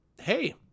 hey